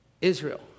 Israel